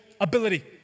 ability